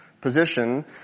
position